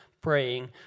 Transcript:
praying